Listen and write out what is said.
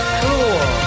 cool